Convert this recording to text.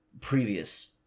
previous